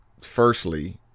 firstly